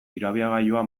irabiagailua